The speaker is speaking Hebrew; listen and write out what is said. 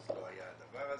אז לא היה הדבר הזה,